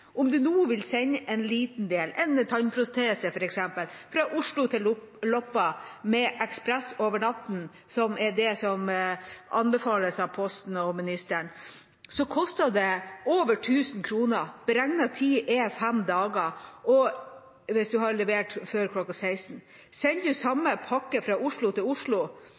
Om en nå vil sende en liten del, en tannprotese f.eks. fra Oslo til Loppa med Ekspress over natten, som er det som anbefales av Posten og statsråden, koster det over 1 000 kr, og beregnet tid er en til fem dager hvis en har levert før kl. 16. Sender en samme pakke fra Oslo til